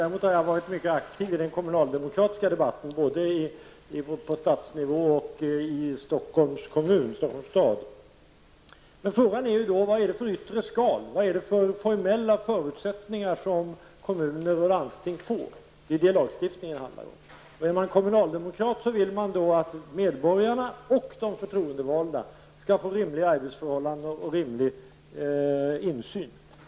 Däremot har jag varit mycket aktiv i den kommunaldemokratiska debatten både på statsnivå och i Stockholms stad. Frågan är vad det är för yttre skal, vilka formella förutsättningar, som kommuner och landsting får. Det är detta lagstiftningen handlar om. Är man kommunaldemokrat vill man att medborgarna och de förtroendevalda skall få rimliga arbetsförhållanden och rimlig insyn.